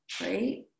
right